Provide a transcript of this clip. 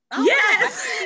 yes